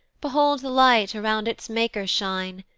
behold the light around its maker shine,